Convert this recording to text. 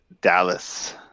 Dallas